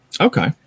Okay